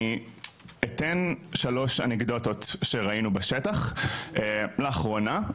אני אתן שלוש אנקדוטות שראינו בשטח לאחרונה,